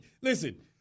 Listen